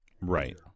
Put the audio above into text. right